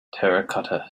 terracotta